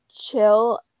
chill